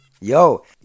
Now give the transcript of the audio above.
Yo